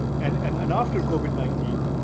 and and and after covid nineteen,